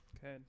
Good